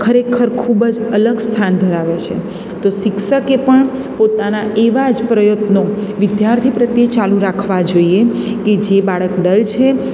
ખરેખર ખૂબ જ અલગ સ્થાન ધરાવે છે તો શિક્ષકે પણ પોતાના એવા જ પ્રયત્નો વિદ્યાર્થી પ્રત્યે ચાલું રાખવા જોઈએ કે જે બાળક ડલ છે